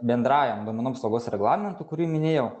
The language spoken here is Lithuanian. bendrajam duomenų apsaugos reglamentu kurį minėjau